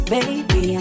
Baby